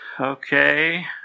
Okay